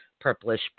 purplish